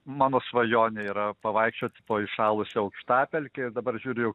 mano svajonė yra pavaikščiot po įšalusią aukštapelkę dabar žiūriu jau